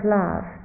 love